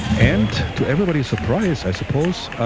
and to everybody's surprise i suppose,